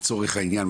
לצורך העניין,